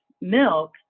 milk